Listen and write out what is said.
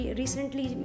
recently